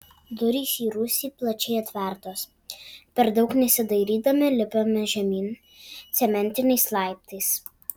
durys į rūsį plačiai atvertos per daug nesidairydami lipame žemyn cementiniais laiptais